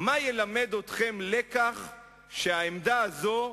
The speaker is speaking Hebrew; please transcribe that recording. מה ילמד אתכם את הלקח שהעמדה הזאת,